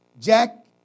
Jack